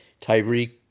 Tyreek